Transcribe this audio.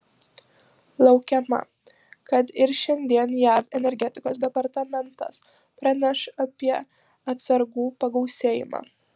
laukiama kad ir šiandien jav energetikos departamentas praneš apie atsargų pagausėjimą